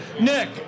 Nick